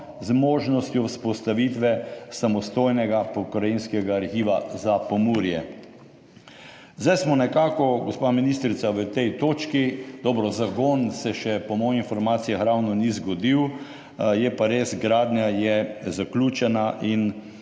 z možnostjo vzpostavitve samostojnega pokrajinskega arhiva za Pomurje. Zdaj smo nekako, gospa ministrica, na tej točki, zagon se še po mojih informacijah ni ravno zgodil, je pa res, gradnja je zaključena in